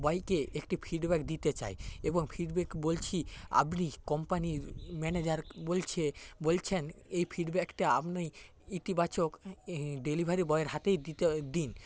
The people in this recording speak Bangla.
বয়কে একটি ফিডব্যাক দিতে চাই এবং ফিডব্যাক বলছি আপনি কোম্পানির ম্যানেজার বলছে বলছেন এই ফিডব্যাকটি আপনি ইতিবাচক ডেলিভারি বয়ের হাতেই দিতে দিন